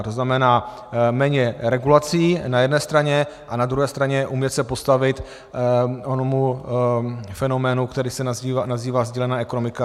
To znamená méně regulací na jedné straně a na druhé straně umět se postavit onomu fenoménu, který se nazývá sdílená ekonomika.